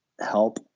help